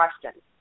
question